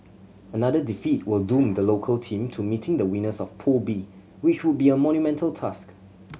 another defeat will doom the local team to meeting the winners of Pool B which would be a monumental task